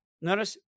notice